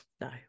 no